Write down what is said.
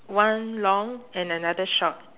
one long and another short